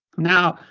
now, ah,